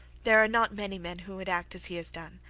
there are not many men who would act as he has done.